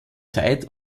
zeit